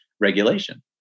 regulation